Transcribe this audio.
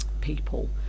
people